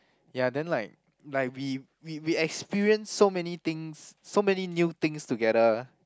ya then like like we we we experience so many things so many new things together